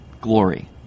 glory